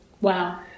Wow